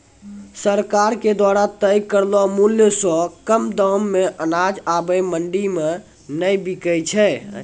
सरकार के द्वारा तय करलो मुल्य सॅ कम दाम मॅ अनाज आबॅ मंडी मॅ नाय बिकै छै